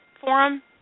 forum